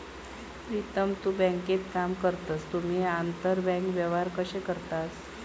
प्रीतम तु बँकेत काम करतस तुम्ही आंतरबँक व्यवहार कशे करतास?